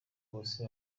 bose